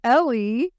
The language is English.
Ellie